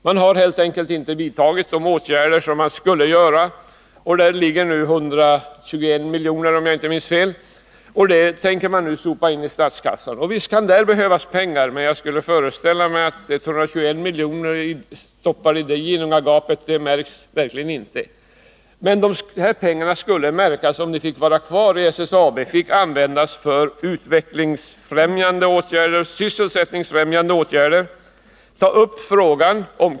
Man har helt enkelt inte vidtagit de åtgärder som skulle vidtas, och där ligger nu 121 miljoner, om jag inte minns fel, pengar som det nu är meningen att sopa in i statskassan. Visst kan statskassan behöva pengar, men jag föreställer mig att 121 miljoner som stoppas i det ginungagapet inte märks. Däremot skulle pengarna märkas om de fick vara kvar i SSAB och användas för utvecklingsfrämjande och sysselsättningsfrämjande åtgärder.